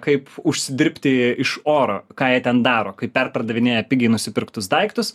kaip užsidirbti iš oro ką jie ten daro kai perpardavinėja pigiai nusipirktus daiktus